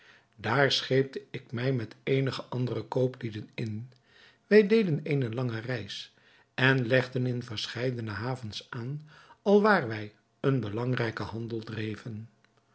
daar scheepte ik mij met eenige andere kooplieden in wij deden eene lange reis en legden in verscheidene havens aan alwaar wij een belangrijken handel dreven